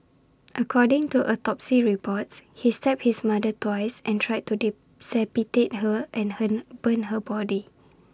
according to autopsy reports he stabbed his mother twice and tried to decapitate her and him burn her body